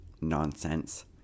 nonsense